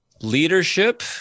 leadership